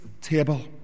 table